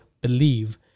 believe